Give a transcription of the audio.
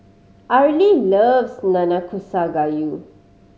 Arley loves Nanakusa Gayu